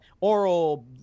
oral